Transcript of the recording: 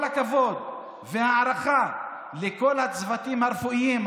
הכבוד והערכה לכל הצוותים הרפואיים,